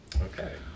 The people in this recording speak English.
Okay